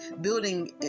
building